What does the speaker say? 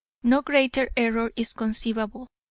no greater error is conceivable.